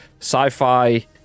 sci-fi